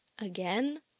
Again